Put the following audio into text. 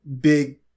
big